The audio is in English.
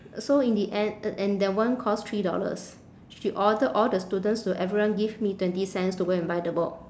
so in the end and that one costs three dollars she order all the students to everyone give me twenty cents to go and buy the book